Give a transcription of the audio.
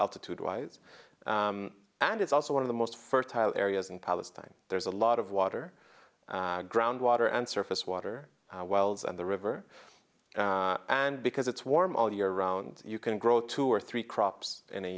altitude wise and it's also one of the most fertile areas in palestine there's a lot of water groundwater and surface water wells and the river and because it's warm all year round you can grow two or three crops in a